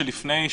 נכנס לשבועיים.